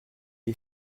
est